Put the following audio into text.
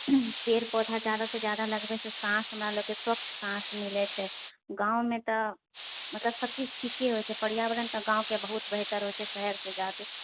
पेड़ पौधा जादासँ जादा लगबयएसँ साँस अपना लोककेँ स्वच्छ साँस मिलए छै गाँवमे तऽ मतलब सब चीज ठीके होइत छै पर्यावरण तऽ गाँवके बहुत बेहतर होइत छै शहरसँ जादे